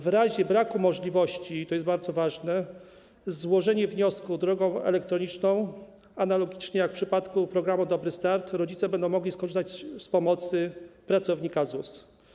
W razie braku możliwości - to jest bardzo ważne - złożenia wniosku drogą elektroniczną, analogicznie do przypadku programu „Dobry start”, rodzice będą mogli skorzystać z pomocy pracownika ZUS.